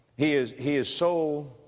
he is, he is so,